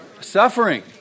suffering